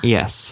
Yes